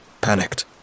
Panicked